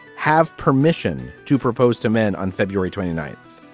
have permission to propose to men on february twenty ninth.